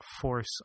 force